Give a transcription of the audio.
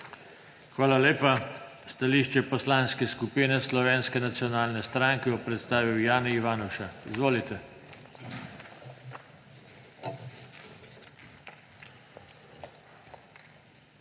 Hvala tudi vam. Stališče Poslanske skupine Slovenske nacionalne stranke bo predstavil Jani Ivanuša. Izvolite.